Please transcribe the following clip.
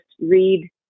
read